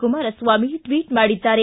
Kumaraswamy tweet ಮಾಡಿದ್ದಾರೆ